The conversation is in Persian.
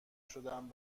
شدم